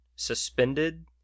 suspended